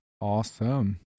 Awesome